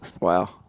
Wow